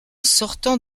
sortant